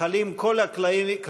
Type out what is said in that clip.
חלים כל הכללים,